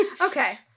Okay